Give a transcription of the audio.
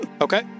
Okay